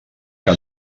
que